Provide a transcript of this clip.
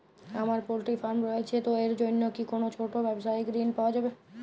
আমার poultry farm রয়েছে তো এর জন্য কি কোনো ছোটো ব্যাবসায়িক ঋণ পাওয়া যাবে?